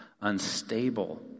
unstable